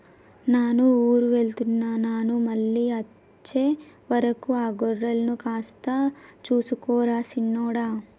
నాను ఊరు వెళ్తున్న నాను మళ్ళీ అచ్చే వరకు ఆ గొర్రెలను కాస్త సూసుకో రా సిన్నోడా